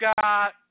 got